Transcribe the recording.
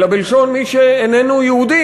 אלא מי שאיננו יהודי,